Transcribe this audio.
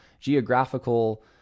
geographical